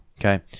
Okay